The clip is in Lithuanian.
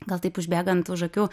gal taip užbėgant už akių